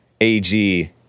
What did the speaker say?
AG